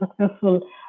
successful